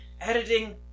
editing